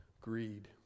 greed